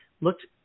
looked